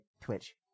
Twitch